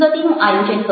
ગતિનું આયોજન કરો